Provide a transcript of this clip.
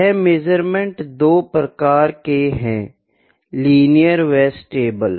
यह मेज़रमेंट दो प्रकार के है लीनियर व स्टेबल